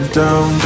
down